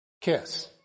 kiss